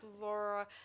Laura